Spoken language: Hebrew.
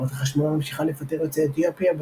חברת החשמל ממשיכה לפטר יוצאי אתיופיה,